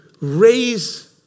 raise